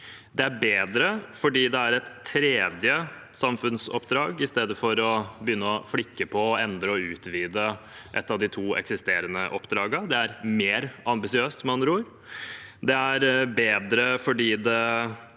Det er bedre fordi det er et tredje samfunnsoppdrag i stedet for å begynne å flikke på, endre og utvide et av de to eksisterende oppdragene. Det er mer ambisiøst, med andre ord. Det er bedre fordi det